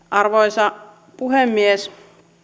arvoisa puhemies